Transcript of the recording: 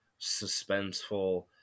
suspenseful